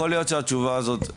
יכול להיות שהתשובה הזאת,